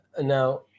now